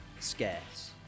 Scarce